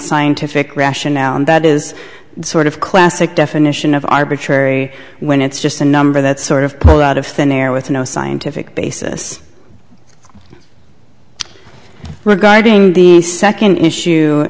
rationale and that is sort of classic definition of arbitrary when it's just a number that's sort of pulled out of thin air with no scientific basis regarding the second issue